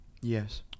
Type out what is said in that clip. Yes